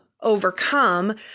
overcome